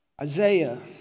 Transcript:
Isaiah